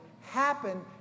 happen